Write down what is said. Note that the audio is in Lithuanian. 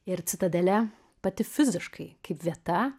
ir citadelė pati fiziškai kaip vieta